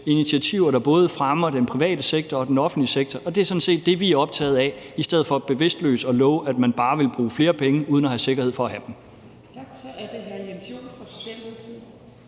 der både fremmer den private sektor og den offentlige sektor. Det er sådan set det, vi er optaget af, i stedet for bevidstløst at love, at man bare vil bruge flere penge uden at have sikkerhed for at have dem.